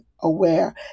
aware